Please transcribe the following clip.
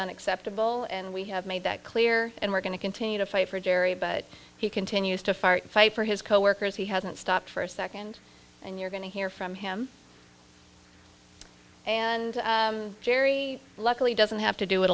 unacceptable and we have made that clear and we're going to continue to fight for jerry but he continues to fight fight for his coworkers he hasn't stopped for a second and you're going to hear from him and jerry luckily doesn't have to do it